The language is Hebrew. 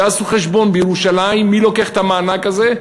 ועשו חשבון מי בירושלים לוקח את המענק הזה,